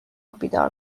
بیدار